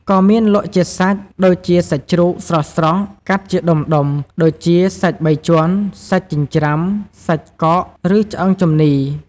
ក៏មានលក់ជាសាច់ ដូចជាសាច់ជ្រូកស្រស់ៗ កាត់ជាដុំៗ ដូចជា សាច់បីជាន់ សាច់ចិញ្ច្រាំ សាច់កក ឬឆ្អឹងជំនីរ។